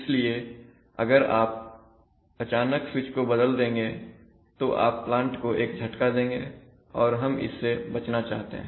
इसलिए अब अगर आप अचानक स्विच को बदल देंगे तो आप प्लांट को एक झटका देंगे और हम इससे बचना चाहते हैं